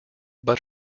but